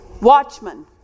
Watchmen